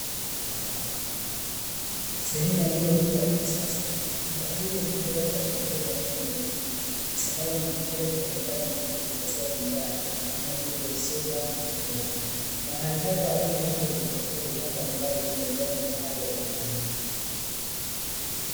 Sehemu ya duka kubwa la kisasa. Duka hili limetengenezwa kwa vigae vya rangi nyeupe na sambamba na mashelfu mbalimbali yanayotumika kuhifadhia bidhaa, kama vile soda na kadhalika, mahali hapa wateja huja kujipatia bidhaa mbalimbali zenye viwango vya hali ya juu.